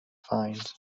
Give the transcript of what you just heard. fines